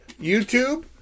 YouTube